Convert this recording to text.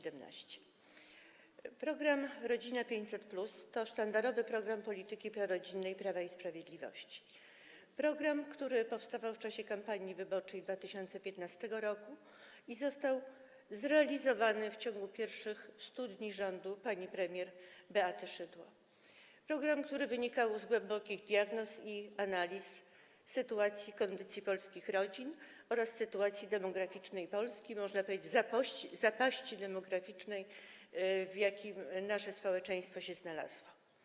Program „Rodzina 500+” to sztandarowy program polityki prorodzinnej Prawa i Sprawiedliwości; program, który powstawał w czasie kampanii wyborczej w 2015 r. i został zrealizowany w ciągu pierwszych 100 dni rządu pani premier Beaty Szydło; program, który wynikał z głębokich diagnoz i analiz sytuacji, kondycji polskich rodzin oraz sytuacji demograficznej Polski, można powiedzieć, zapaści demograficznej, w jakiej nasze społeczeństwo się znalazło.